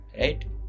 right